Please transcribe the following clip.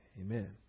amen